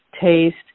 taste